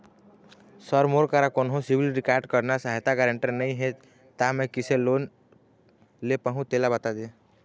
sir मोर करा कोन्हो सिविल रिकॉर्ड करना सहायता गारंटर नई हे ता मे किसे लोन ले पाहुं तेला बता दे